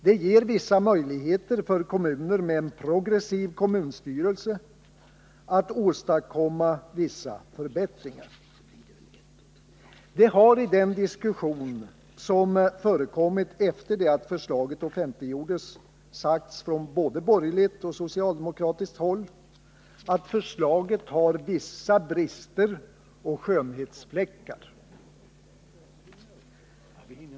Det ger vissa möjligheter för kommuner med en progressiv kommunstyrelse att åstadkomma en del förbättringar. Det har i den diskussion som förekommit efter det att förslaget offentliggjordes sagts från både borgerligt och socialdemokratiskt håll att förslaget har vissa brister och skönhetsfläckar.